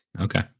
Okay